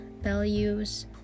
values